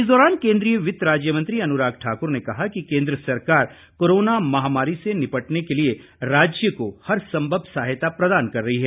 इस दौरान केंद्रीय वित्त राज्य मंत्री अनुराग ठाक्र ने कहा कि केंद्र सरकार कोरोना महामारी से निपटने के लिए राज्य को हर संभव सहायता प्रदान कर रही है